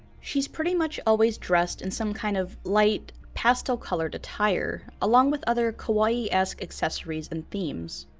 she's pretty much always dressed in some kind of light pastel colored attire, along with other kawaii-esque accessories and themes.